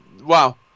wow